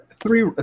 Three